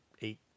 eight